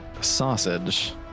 Sausage